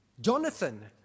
Jonathan